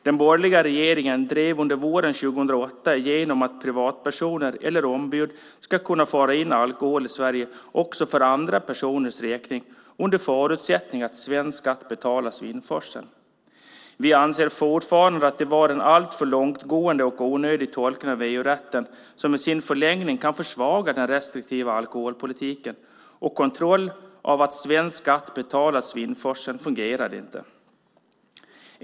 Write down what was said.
Den borgerliga regeringen drev under våren 2008 igenom att privatpersoner eller ombud ska kunna föra in alkohol i Sverige också för andra personers räkning under förutsättning att svensk skatt betalas vid införseln. Vi anser fortfarande att det var en alltför långtgående och onödig tolkning av EU-rätten som i sin förlängning kan försvaga den restriktiva alkoholpolitiken, och kontroll av att svensk skatt betalats vid införseln fungerade inte.